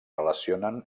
relacionen